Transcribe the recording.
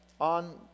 on